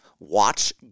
Watch